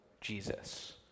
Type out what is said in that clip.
Jesus